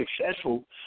successful